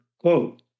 quote